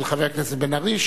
של חבר הכנסת בן-ארי.